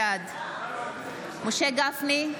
בעד משה גפני,